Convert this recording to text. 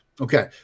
Okay